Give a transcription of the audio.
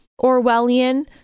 Orwellian